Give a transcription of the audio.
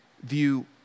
view